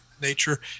nature